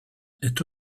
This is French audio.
est